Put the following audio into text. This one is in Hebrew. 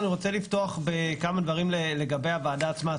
אני רוצה לפתוח בכמה דברים לגבי הוועדה עצמה.